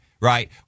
right